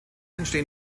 entstehen